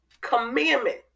commandment